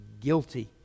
guilty